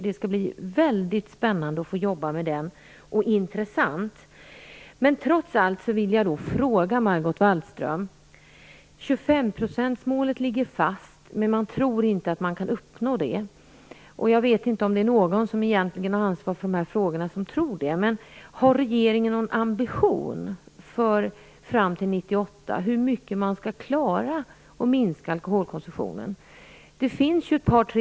Det skall bli intressant att jobba med den. Men trots allt vill jag fråga Margot Wallström: 25-procentsmålet ligger fast, men man tror inte att man kan uppnå det. Jag vet inte om det egentligen finns någon som är ansvarig för dessa frågor som tror det. Men har regeringen någon ambition för hur mycket man skall klara att minska alkoholkonsumtionen fram till 1998?